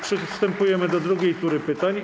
Przystępujmy do drugiej tury pytań.